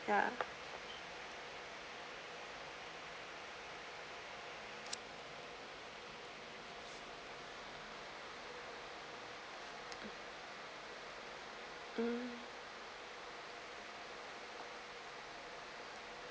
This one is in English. ya mm